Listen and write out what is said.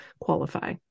qualify